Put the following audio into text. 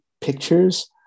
pictures